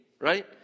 right